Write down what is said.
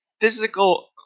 physical